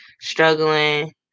struggling